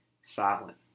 silent